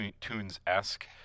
Tunes-esque